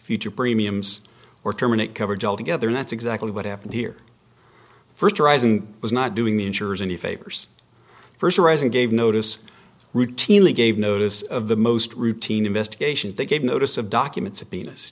future premiums or terminate coverage altogether that's exactly what happened here first arising was not doing the insurers any favors first arising gave notice routinely gave notice of the most routine investigations they gave notice of document